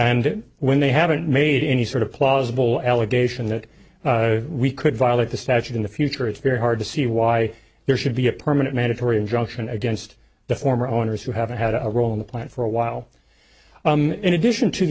and when they haven't made any sort of plausible allegation that we could violate the statute in the future it's very hard to see why there should be a permanent mandatory injunction against the former owners who haven't had a role in the plant for a while in addition to